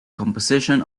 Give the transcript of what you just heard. composition